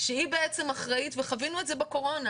שהיא בעצם אחראית, וחווינו את זה בקורונה.